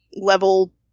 level